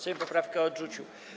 Sejm poprawkę odrzucił.